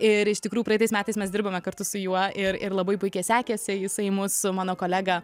ir iš tikrųjų praeitais metais mes dirbome kartu su juo ir ir labai puikiai sekėsi jisai mus su mano kolega